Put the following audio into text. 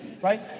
Right